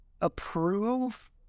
approve